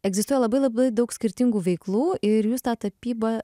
egzistuoja labai labai daug skirtingų veiklų ir jūs tą tapybą